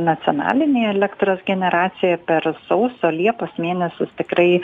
nacionalinėje elektros generacijoje per sausio liepos mėnesius tikrai